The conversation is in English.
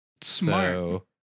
Smart